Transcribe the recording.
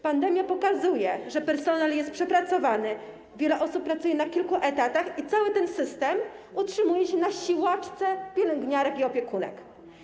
Pandemia pokazuje, że personel jest przepracowany, wiele osób pracuje na kilku etatach i cały ten system utrzymuje na siłaczkach: pielęgniarkach i opiekunkach.